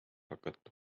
hakata